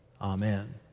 Amen